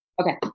Okay